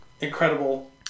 incredible